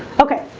okay